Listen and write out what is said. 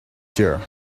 dear